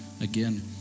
Again